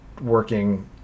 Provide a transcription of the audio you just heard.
working